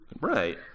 Right